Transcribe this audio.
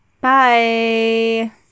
Bye